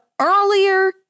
earlier